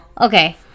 Okay